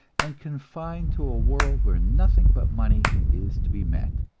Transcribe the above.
and confined to a world where nothing but money is to be met.